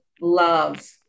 love